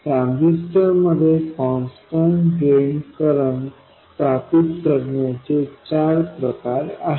transistor मध्ये constant drain current स्थापित करण्याचे चार प्रकार आहेत